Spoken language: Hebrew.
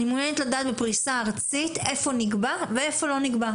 אני מעוניינת לדעת בפריסה ארצית איפה נקבע ואיפה לא נקבע,